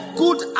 good